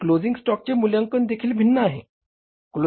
शेवटी क्लोजिंग स्टॉकचे मूल्यांकन देखील भिन्न आहे